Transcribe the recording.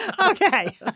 Okay